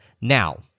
Now